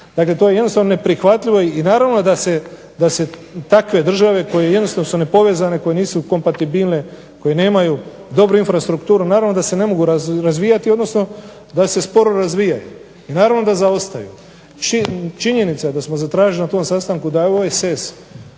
Dakle, to je jednostavno neprihvatljivo i naravno da se takve države koje jednostavno su nepovezane, koje nisu kompatibilne, koje nemaju dobru infrastrukturu naravno da se ne mogu razvijati, odnosno da se sporo razvijaju i naravno da zaostaju. Činjenica je da smo zatražili na tom sastanku da OESS,